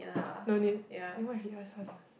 no need then why he asked us ah